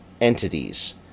entities